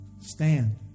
stand